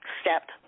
Step